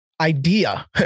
idea